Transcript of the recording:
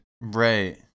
right